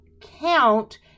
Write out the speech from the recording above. count